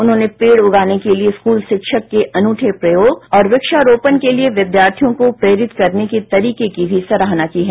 उन्होंने पेंड उगाने के लिए स्कल शिक्षक के अनुठे प्रयोग और क्षारोपण के लिए विद्यार्थियों को प्रेरित करने के तरीके की भी सराहना की है